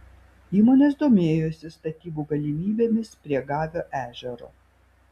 įmonės domėjosi statybų galimybėmis prie gavio ežero